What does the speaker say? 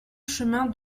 chemin